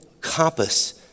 compass